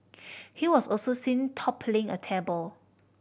he was also seen toppling a table